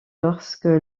lorsque